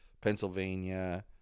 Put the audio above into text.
Pennsylvania